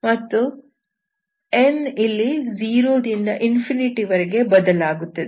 ಮತ್ತು n ಇಲ್ಲಿ 0 ದಿಂದ ವರೆಗೆ ಬದಲಾಗುತ್ತದೆ